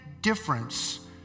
difference